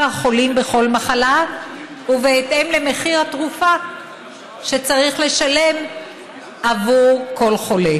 החולים בכל מחלה ובהתאם למחיר התרופה שצריך לשלם עבור כל חולה.